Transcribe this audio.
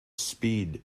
speed